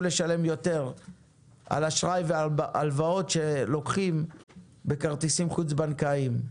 לשלם יותר על אשראי והלוואות שלוקחים בכרטיסים חוץ בנקאיים.